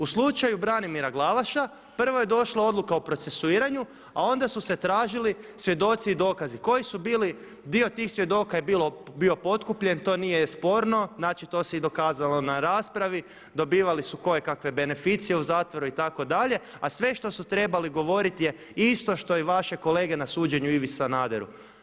U slučaju Branimira Glavaša prvo je došla odluka o procesuiranju a onda su se tržili svjedoci i dokazi koji su bili, dio tih svjedoka je bio potkupljen, to nije sporno, znači to se i dokazalo na raspravi, dobivali su kojekakve beneficije u zatvoru itd. a sve što su trebali govoriti je isto što i vaše kolege na suđenju Ivi Sanaderu.